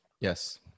yes